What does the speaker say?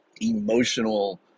emotional